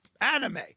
anime